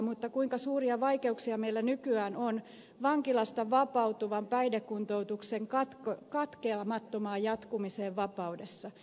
mutta kuinka suuria vaikeuksia meillä nykyään on vankilasta vapautuvan päihdekuntoutuksen katkeamattomaan jatkumiseen vapaudessa